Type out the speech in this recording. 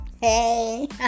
Hey